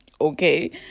okay